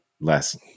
less